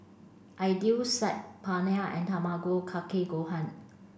Idili Saag Paneer and Tamago Kake Gohan